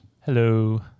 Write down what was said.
Hello